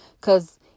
Cause